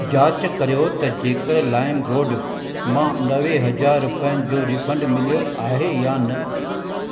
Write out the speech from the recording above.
जाचु करियो त जेकरि लाइम रोड मां नवे हज़ार रुपियनि जो रीफंडु मिलियो आहे या न